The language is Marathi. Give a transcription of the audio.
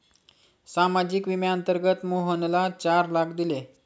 सामाजिक विम्याअंतर्गत मोहनला चार लाख दिले